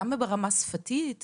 גם ברמה שפתית,